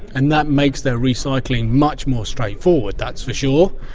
and that makes their recycling much more straightforward, that's for sure,